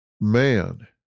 Man